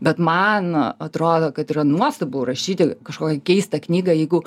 bet man atrodo kad yra nuostabu rašyti kažkokią keistą knygą jeigu